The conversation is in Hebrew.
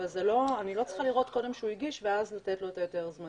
אבל אני לא צריכה לראות קודם שהוא הגיש ואז לתת לו את ההיתר הזמני.